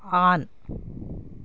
on